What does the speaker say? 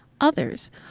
others